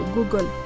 Google